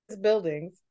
buildings